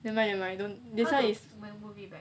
never mind never mind this one is